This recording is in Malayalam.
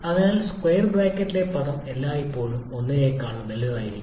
അതിനാൽ സ്ക്വയർ ബ്രാക്കറ്റിലെ പദം എല്ലായ്പ്പോഴും 1 നെക്കാൾ വലുതായിരിക്കും